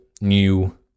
new